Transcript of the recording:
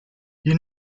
you